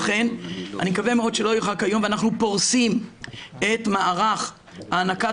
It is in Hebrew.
אני מקווה שלא ירחק היום ואנחנו פורסים את מערך הענקת